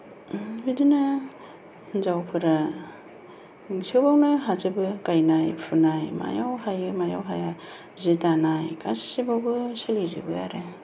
बिदिनो हिनजावफोरा सोबावनो हाजोबो गायनाय फुनाय मायाव हायो मायाव हाया जि दानाय गासैबावबो सोलिजोबो आरो